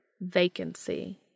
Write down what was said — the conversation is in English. vacancy